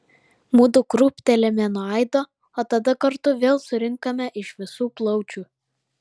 mudu krūptelime nuo aido o tada kartu vėl surinkame iš visų plaučių